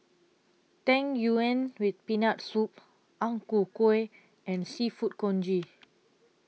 Tang Yuen with Peanut Soup Ang Ku Kueh and Seafood Congee